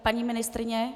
Paní ministryně?